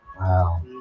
Wow